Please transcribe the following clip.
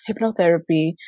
hypnotherapy